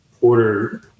order